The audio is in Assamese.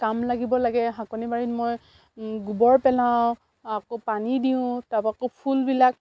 কাম লাগিব লাগে শাকনি বাৰীত মই গোবৰ পেলাওঁ আকৌ পানী দিওঁ তাৰপৰা আকৌ ফুলবিলাক